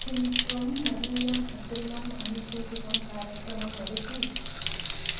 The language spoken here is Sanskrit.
किं त्वं मदीयम् अग्रिमम् अनुसूचितं कार्यक्रमं वदसि